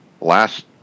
last